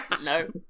No